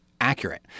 accurate